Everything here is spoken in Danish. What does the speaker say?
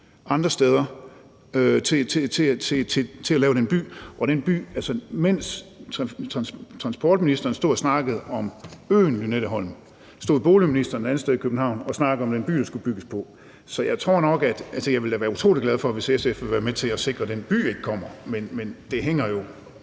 andre steder, til at lave den by. Mens transportministeren stod og snakkede om øen Lynetteholm, stod boligministeren et andet sted i København og snakkede om den by, der skulle bygges derpå. Jeg vil da være utrolig glad, hvis SF vil være med til at sikre, at den by ikke kommer, men det hænger jo